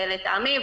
לטעמי.